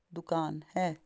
ਦੁਕਾਨ ਹੈ